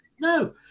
No